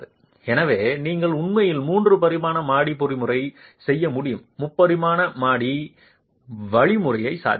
எனவே நீங்கள் உண்மையில் 3 பரிமாண மாடி பொறிமுறையை செய்ய முடியும் முப்பரிமாண மாடி வழிமுறை சாத்தியமாகும்